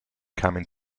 kamen